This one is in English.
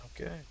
Okay